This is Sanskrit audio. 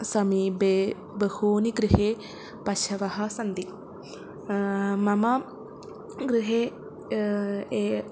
समीपे बहूनि गृहे पशवः सन्ति मम गृहे ए